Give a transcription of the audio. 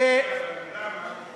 למה, למה.